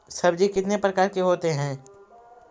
सब्जी कितने प्रकार के होते है?